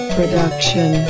Production